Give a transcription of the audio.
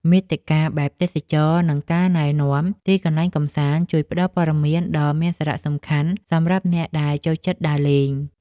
មាតិកាបែបទេសចរណ៍ និងការណែនាំទីកន្លែងកម្សាន្ត ជួយផ្ដល់ព័ត៌មានដ៏មានសារៈសំខាន់សម្រាប់អ្នកដែលចូលចិត្តដើរលេង។